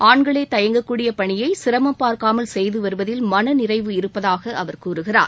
ஆண்களே தயங்கக்கூடிய பணியை சிரமம் பார்க்காமல் செய்து வருவதில் மனநிறைவு இருப்பதாக அவர் கூறுகிறார்